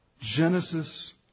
Genesis